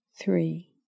three